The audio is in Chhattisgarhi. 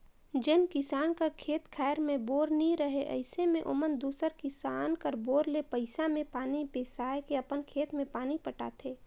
जेन किसान कर खेत खाएर मे बोर नी रहें अइसे मे ओमन दूसर किसान कर बोर ले पइसा मे पानी बेसाए के अपन खेत मे पानी पटाथे